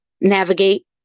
navigate